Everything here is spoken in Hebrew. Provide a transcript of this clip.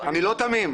אני לא תמים.